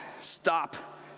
stop